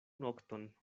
nokton